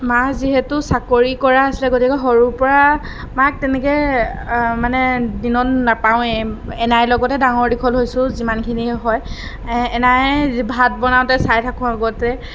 মা যিহেতু চাকৰি কৰা আছিলে গতিকে সৰুৰ পৰা মাক তেনেকৈ মানে দিনত নাপাওঁৱে এনাইৰ লগতে ডাঙৰ দীঘল হৈছোঁ যিমানখিনি হয় এনায়ে ভাত বনাওঁতে চাই থাকোঁ আগতে